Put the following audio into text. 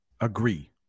agree